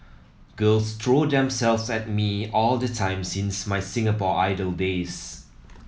girls throw themselves at me all the time since my Singapore Idol days